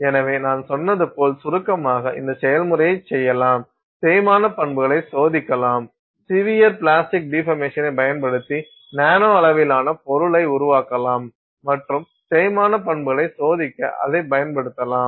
எனவே நான் சொன்னது போல் சுருக்கமாக இந்த செயல்முறையைச் செய்யலாம் தேய்மான பண்புகளை சோதிக்கலாம் சிவியர் பிளாஸ்டிக் டிபர்மேஷன் பயன்படுத்தி நானோ அளவிலான பொருளை உருவாக்கலாம் மற்றும் தேய்மான பண்புகளை சோதிக்க அதைப் பயன்படுத்தலாம்